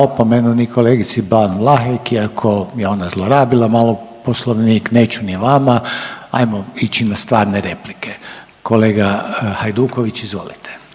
ni kolegici Ban Vlahek iako je ona zlorabila malo Poslovnik, neću ni vama, ajmo ići na stvarne replike. Kolega Hajduković, izvolite.